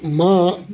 मां